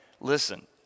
listen